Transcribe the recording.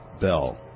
Bell